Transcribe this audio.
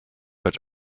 but